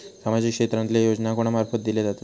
सामाजिक क्षेत्रांतले योजना कोणा मार्फत दिले जातत?